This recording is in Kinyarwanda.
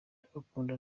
ndagukunda